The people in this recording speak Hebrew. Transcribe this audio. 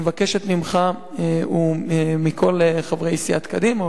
אני מבקשת ממך ומכל חברי סיעת קדימה,